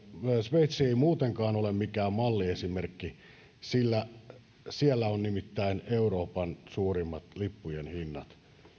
sveitsi ei muutenkaan ole mikään malliesimerkki siellä on nimittäin euroopan suurimmat lippujen hinnat